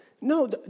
No